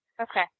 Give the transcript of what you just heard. Okay